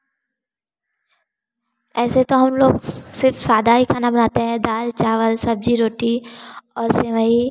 ऐसे तो हम लोग सिर्फ़ सादा ही खाना बनाते हैं दाल चावल सब्ज़ी रोटी और सेवई